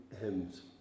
hymns